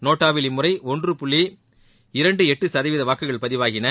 நோட்டாவில் இம்முறை ஒரு புள்ளி இரண்டு எட்டு சதவீத வாக்குகள் பதிவாகின